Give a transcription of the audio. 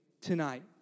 tonight